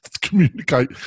communicate